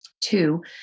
two